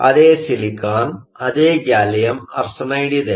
ಅದೇ ಸಿಲಿಕಾನ್ ಅದೇ gallium arsenide ಇದೆ